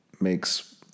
makes